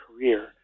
career